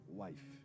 wife